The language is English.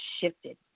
shifted